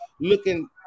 looking